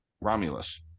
romulus